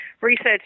research